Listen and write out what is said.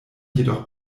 jedoch